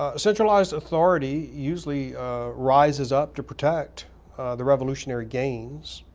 ah centralized authority usually rises up to protect the revolutionary gains.